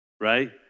right